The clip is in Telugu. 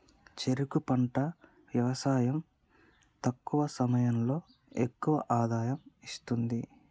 చెరుకు పంట యవసాయం తక్కువ సమయంలో ఎక్కువ ఆదాయం ఇస్తుంది